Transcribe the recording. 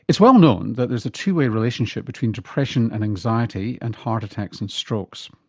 it's well known that there's a two-way relationship between depression and anxiety and heart attacks and strokes.